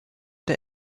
der